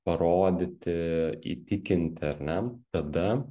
parodyti įtikinti ar ne tada